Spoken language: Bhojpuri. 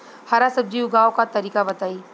हरा सब्जी उगाव का तरीका बताई?